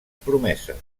promeses